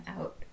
out